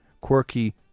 quirky